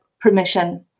permission